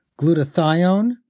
glutathione